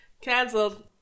Cancelled